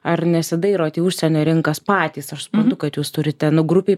ar nesidairot į užsienio rinkas patys aš suprantu kad jūs turite nu grupei